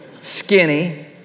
skinny